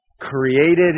created